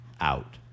out